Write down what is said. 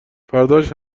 فرداش